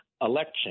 Election